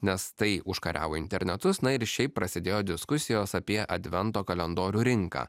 nes tai užkariavo internetus na ir šiaip prasidėjo diskusijos apie advento kalendorių rinką